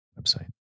website